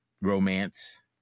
romance